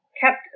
kept